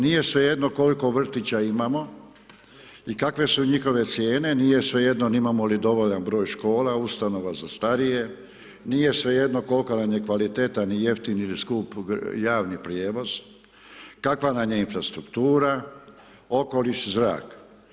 Nije svejedno koliko vrtića imamo i kakve su njihove cijene, nije svejedno imamo li dovoljan broj škola, ustanova za starije, nije svejedno kolika nam je kvaliteta ni jeftin ili skup javni prijevoz, kakva nam je infrastruktura, okoliš, zrak.